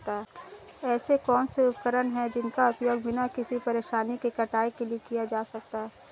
ऐसे कौनसे उपकरण हैं जिनका उपयोग बिना किसी परेशानी के कटाई के लिए किया जा सकता है?